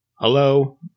Hello